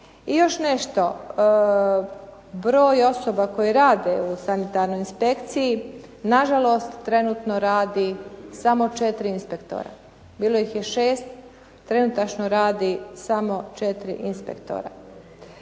I još nešto, broj osoba koje rade u sanitarnoj inspekciji, nažalost trenutno radi samo 4 inspektora. Bilo ih je 6, trenutno radi samo 4 inspektora.